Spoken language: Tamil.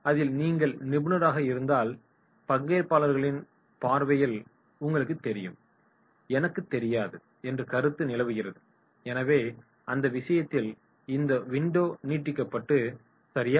அதில் நீங்கள் நிபுணராக இருப்பதால் பங்கேற்பாளர்களின் பார்வையில் உங்களுக்குத் தெரியும் எனக்குத் தெரியாது என்ற கருத்து நிலவுகிறது எனவே அந்த விஷயத்தில் இந்த விண்டோ நீட்டிக்கப்படும் சரியா